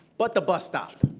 but the bus stop.